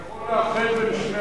אתה יכול לאחד בין שני